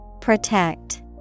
Protect